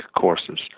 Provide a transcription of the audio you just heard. courses